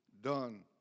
done